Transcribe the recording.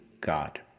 God